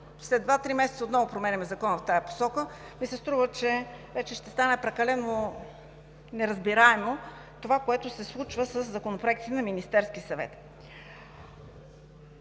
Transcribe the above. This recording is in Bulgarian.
след два-три месеца отново променяме Закона в тази посока, ми се струва, че вече ще стане прекалено неразбираемо това, което се случва със законопроектите на Министерския съвет.